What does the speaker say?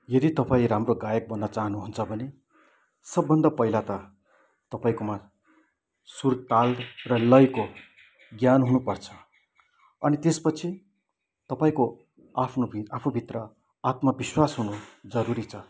यदि तपाईँ राम्रो गायक बन्न चाहनुहुन्छ भने सबभन्दा पहिला त तपाईँकोमा सुर ताल र लयको ज्ञान हुनु पर्छ अनि त्यसपछि तपाईँको आफ्नोभि आफूभित्र आत्मविश्वास हुनु जरुरी छ